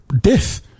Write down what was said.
death